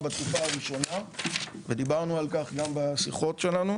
בתקופה הראשונה ודיברנו על כך גם בשיחות שלנו,